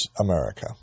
America